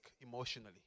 emotionally